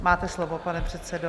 Máte slovo, pane předsedo.